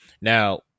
Now